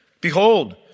Behold